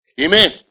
amen